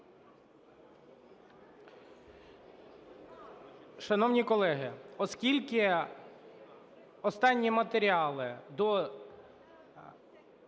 Шановні колеги, оскільки останні матеріали до